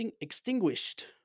extinguished